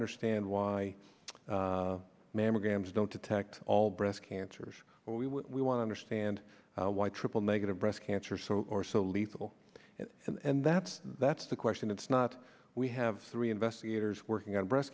understand why mammograms don't detect all breast cancers when we want to stand why triple negative breast cancer so or so lethal and that's that's the question it's not we have three investigators working on breast